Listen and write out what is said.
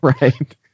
Right